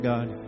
God